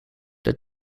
that